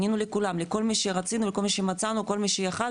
לכל מי שרצינו, לכל מי שמצאנו, כל מי שיכל.